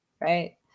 Right